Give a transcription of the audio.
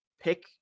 pick –